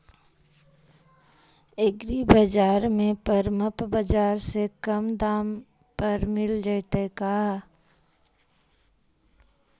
एग्रीबाजार में परमप बाजार से कम दाम पर मिल जैतै का?